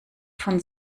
von